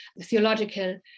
theological